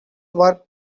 work